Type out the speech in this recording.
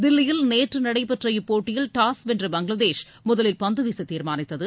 தில்லியில் நேற்று நடைபெற்ற இப்போட்டியில் டாஸ் வென்ற பங்களாதேஷ் முதலில் பந்துவீச தீர்மானித்தது